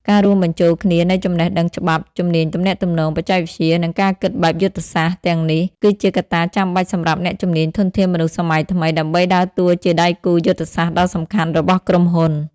ការរួមបញ្ចូលគ្នានៃចំណេះដឹងច្បាប់ ជំនាញទំនាក់ទំនង បច្ចេកវិទ្យា និងការគិតបែបយុទ្ធសាស្ត្រ ទាំងនេះ គឺជាកត្តាចាំបាច់សម្រាប់អ្នកជំនាញធនធានមនុស្សសម័យថ្មី ដើម្បីដើរតួជាដៃគូយុទ្ធសាស្ត្រដ៏សំខាន់របស់ក្រុមហ៊ុន។